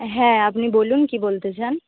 হ্যাঁ আপনি বলুন কী বলতে চান